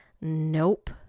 Nope